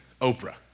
Oprah